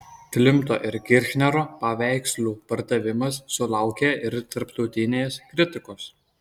klimto ir kirchnerio paveikslų pardavimas sulaukė ir tarptautinės kritikos